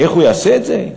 איך הוא יעשה את זה?